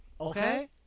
okay